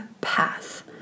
path